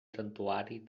santuari